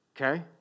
okay